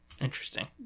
interesting